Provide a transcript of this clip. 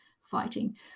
fighting